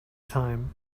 time